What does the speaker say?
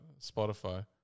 Spotify